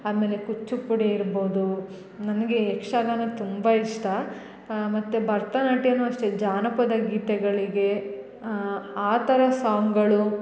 ಆಮೇಲೆ ಕುಚ್ಚುಪುಡಿ ಇರ್ಬೋದು ನನಗೆ ಯಕ್ಷಗಾನ ತುಂಬ ಇಷ್ಟ ಮತ್ತು ಭರ್ತನಾಟ್ಯನು ಅಷ್ಟೆ ಜಾನಪದ ಗೀತೆಗಳಿಗೆ ಆ ಥರ ಸಾಂಗ್ಗಳು